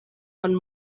one